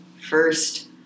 first